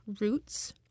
Roots